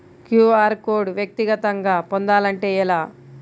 QR code వ్యక్తిగతంగా పొందాలంటే ఎలా?